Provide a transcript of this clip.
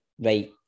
Right